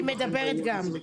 היא מדברת גם.